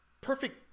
perfect